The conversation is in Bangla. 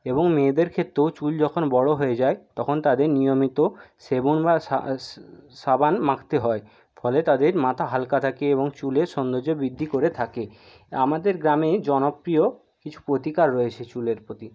এবং মেয়েদের ক্ষেত্রেও চুল যখন বড়ো হয়ে যায় তখন তাদের নিয়মিত সেবন বা সাবান মাখতে হয় ফলে তাদের মাথা হালকা থাকে এবং চুলের সৌন্দর্য বৃদ্ধি করে থাকে আমাদের গ্রামে জনপ্রিয় কিছু প্রতিকার রয়েছে চুলের প্রতি